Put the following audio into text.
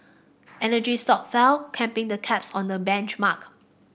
energy stock fell capping the cups on the benchmark